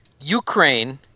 Ukraine